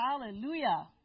hallelujah